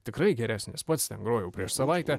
tikrai geresnis pats ten grojau prieš savaitę